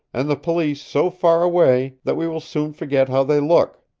and the police so far away that we will soon forget how they look.